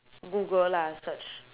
google lah search